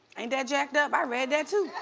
ain't that jacked up? i read that too.